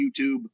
YouTube